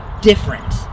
different